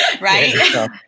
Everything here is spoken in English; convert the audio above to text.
right